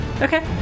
Okay